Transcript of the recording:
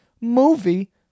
movie